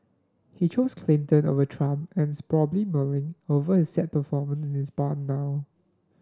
he chose Clinton over Trump and is probably mulling over his sad performance in his barn now